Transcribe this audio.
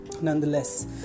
nonetheless